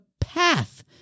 path